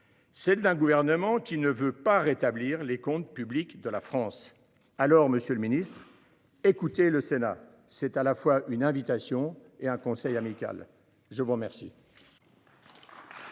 celle d’un gouvernement qui ne veut pas rétablir les comptes publics de la France. Monsieur le ministre, écoutez le Sénat. C’est à la fois une invitation et un conseil amical. La parole